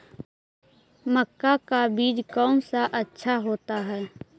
मक्का का बीज कौन सा अच्छा होता है?